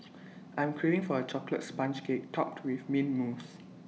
I am craving for A Chocolate Sponge Cake Topped with Mint Mousse